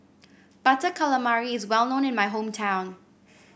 Butter Calamari is well known in my hometown